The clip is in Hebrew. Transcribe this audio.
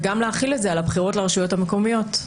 וגם להחיל את זה על הבחירות לרשויות המקומיות.